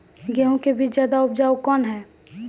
गेहूँ के बीज ज्यादा उपजाऊ कौन है?